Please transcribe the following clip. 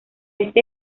este